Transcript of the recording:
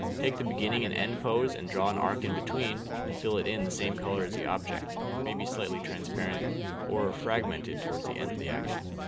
take the beginning and end pose and draw an arc in between and fill it in the same color as the object maybe slightly transparent or fragmented towards the end of the action.